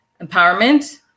Empowerment